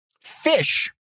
Fish